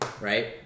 right